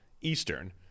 Eastern